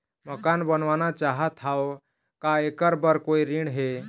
मकान बनवाना चाहत हाव, का ऐकर बर कोई ऋण हे?